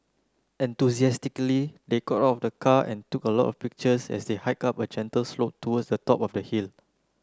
enthusiastically they got out of the car and took a lot of pictures as they hiked up a gentle slope towards the top of the hill